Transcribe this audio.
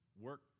work